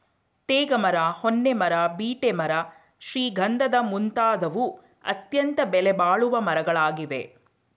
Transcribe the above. ತೇಗ ಮರ, ಹೊನ್ನೆ ಮರ, ಬೀಟೆ ಮರ ಶ್ರೀಗಂಧದ ಮುಂತಾದವು ಅತ್ಯಂತ ಬೆಲೆಬಾಳುವ ಮರಗಳಾಗಿವೆ